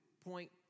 point